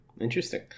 Interesting